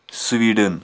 Sweden